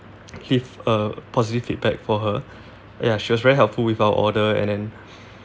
give a positive feedback for her ya she was very helpful with our order and then